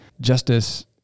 justice